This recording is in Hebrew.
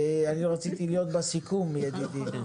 רציתי להיות בסיכום, ידידי.